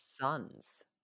sons